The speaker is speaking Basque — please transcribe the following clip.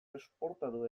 esportatu